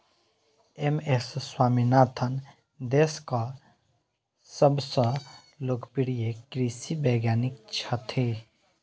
M S Swaminathan देशक सबसं लोकप्रिय कृषि वैज्ञानिक छथि